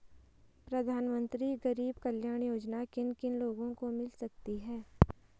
प्रधानमंत्री गरीब कल्याण योजना किन किन लोगों को मिल सकती है?